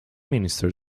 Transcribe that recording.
minister